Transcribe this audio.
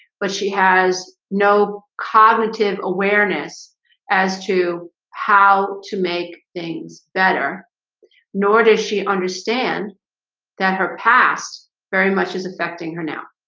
but she has no cognitive awareness as to how to make things better nor does she understand that her past very much is affecting her now,